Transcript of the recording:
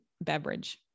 beverage